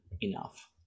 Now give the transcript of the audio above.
enough